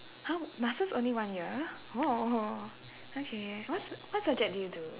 !huh! masters only one year oh oh oh okay what s~ what subject did you do